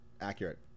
accurate